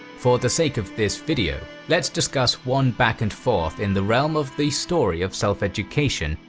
for the sake of this video, let's discuss one back and forth in the realm of the story of self-education,